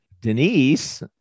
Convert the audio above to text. Denise